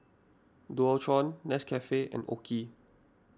Dualtron Nescafe and Oki